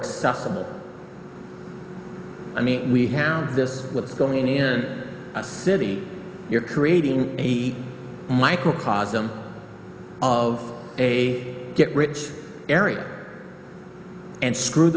accessible i mean we have this looks going in a city you're creating heat microcosm of a get rich area and screw